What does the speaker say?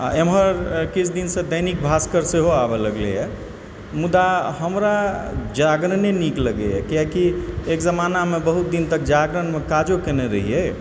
आ एम्हर किछु दिनसँ दैनिक भास्कर सेहो आबऽ लगलैए मुदा हमरा जागरणे नीक लगैए कियाकि एक जमानामे बहुत दिन तक जागरणमे काजो कयने रहियै